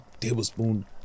tablespoon